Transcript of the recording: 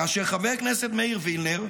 כאשר חבר הכנסת מאיר וילנר,